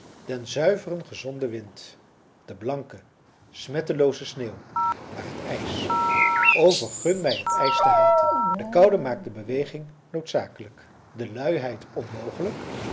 den zuiveren gezonden wind de blanke smettelooze sneeuw maar het ijs o vergun mij het ijs te haten de koude maakt de beweging noodzakelijk de luiheid onmogelijk